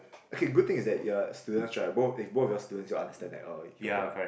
okay good thing is that you are students right both eh both of you are students you will understand that oh you all cannot